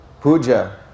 puja